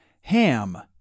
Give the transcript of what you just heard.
ham